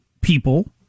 people